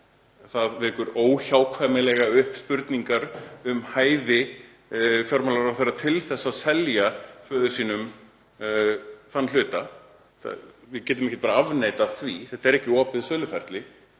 Það vekur óhjákvæmilega upp spurningar um hæfi fjármálaráðherra til að selja föður sínum þann hluta. Við getum ekki bara afneitað því. Þetta var ekki opið söluferli.